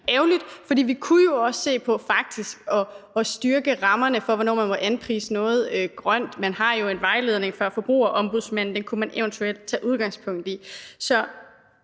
ærgerligt, for vi kunne jo faktisk også se på at styrke rammerne for, hvornår man må anprise noget som grønt. Man har jo en vejledning fra Forbrugerombudsmanden, og den kunne man eventuelt tage udgangspunkt i.